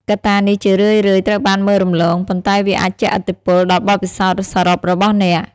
កត្តានេះជារឿយៗត្រូវបានមើលរំលង ប៉ុន្តែវាអាចជះឥទ្ធិពលដល់បទពិសោធន៍សរុបរបស់អ្នក។